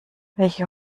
welche